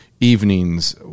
evenings